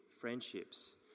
friendships